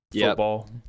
football